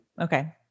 Okay